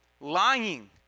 lying